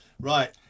Right